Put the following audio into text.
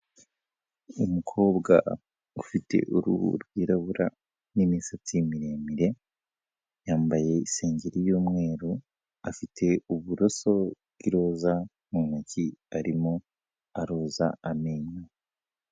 Umukobwa ufite uruhu rwirabura n'imisatsi miremire, yambaye isengeri y'umweru afite uburoso bw'iroza mu ntoki arimo aroza amenyo.